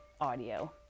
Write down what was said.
audio